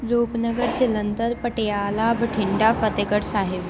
Rupnagar Jalandhar Patiala Bathinda Fatehgarh Sahib